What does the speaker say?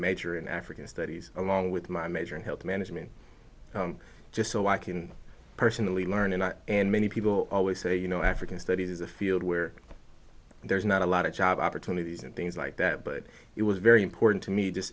major in african studies along with my major health management just so i can personally learn and i and many people always say you know african studies is a field where there's not a lot of job opportunities and things like that but it was very important to me just